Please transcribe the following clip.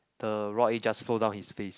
the raw egg just flow down his face